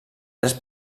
tres